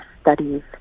studies